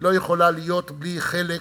לא יכולה להיות בלי חלק